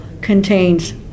contains